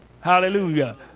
Hallelujah